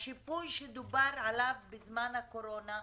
השיפוי שדובר עליו בזמן הקורונה,